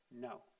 no